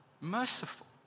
merciful